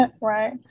Right